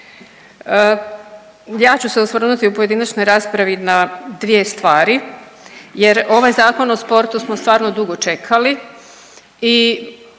Ja ću se osvrnuti u pojedinačnoj raspravi na dvije stvari jer ovaj Zakon o sportu smo stvarno dugo čekali i